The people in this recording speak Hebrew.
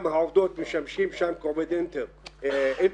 גם העובדים שם כעובדי אינטייק,